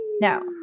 No